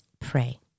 pray